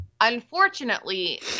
unfortunately